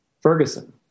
Ferguson